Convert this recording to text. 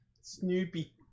snoopy